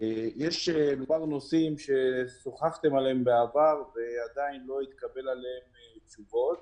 יש מגוון נושאים ששוחחתם עליהם בעבר ועדיין לא התקבלו עליהם תשובות.